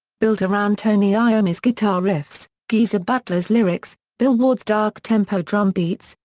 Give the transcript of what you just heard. built around tony iommi's guitar riffs, geezer butler's lyrics, bill ward's dark tempo drumbeats,